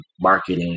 Marketing